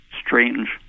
strange